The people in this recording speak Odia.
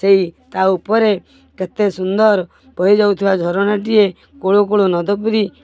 ସେଇ ତା ଉପରେ କେତେ ସୁନ୍ଦର ବହି ଯାଉଥିବା ଝରଣାଟିଏ କୁଳୁକୁଳୁ ନଦ କରି